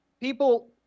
people